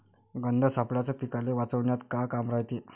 गंध सापळ्याचं पीकाले वाचवन्यात का काम रायते?